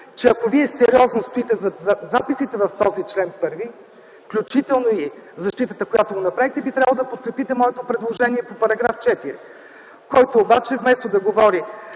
че ако Вие сериозно стоите зад записите в този чл. 1, включително и защитата, която му направихте, би трябвало да подкрепите моето предложение по § 4, който обаче вместо да говори